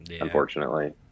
unfortunately